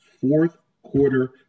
fourth-quarter